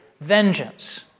vengeance